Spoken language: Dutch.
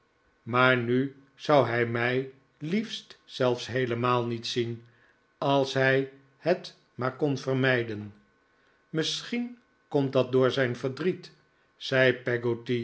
maar nu zou hij mij liefst zelfs heelemaal niet zien als hij het maar kon vermijden misschien komt dat door zijn verdriet zei